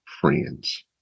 friends